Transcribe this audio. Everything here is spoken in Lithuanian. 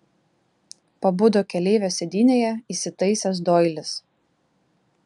pabudo keleivio sėdynėje įsitaisęs doilis